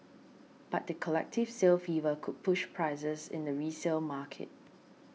but the collective sale fever could push prices in the resale market